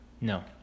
No